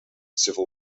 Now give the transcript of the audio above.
civil